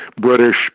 British